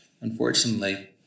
unfortunately